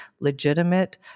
legitimate